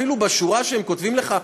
אפילו בשורה שהם כותבים לך,